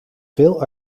veel